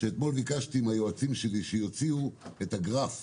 שאתמול ביקשתי מהיועצים שלי שיוציאו את הגרף,